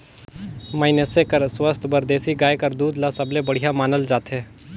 मइनसे कर सुवास्थ बर देसी गाय कर दूद ल सबले बड़िहा मानल जाथे